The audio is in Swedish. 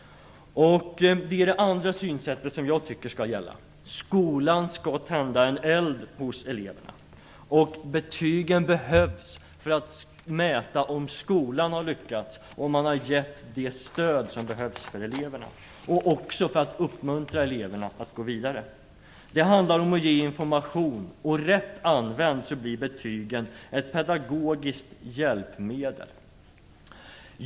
Det är det andra synsättet som jag tycker skall gälla. Skolan skall tända en eld hos eleverna. Betygen behövs för att mäta om skolan har lyckats och om man har gett det stöd som eleverna behöver och också för att uppmuntra eleverna att gå vidare. Det handlar om att ge information, och rätt använda blir betygen ett pedagogiskt hjälpmedel.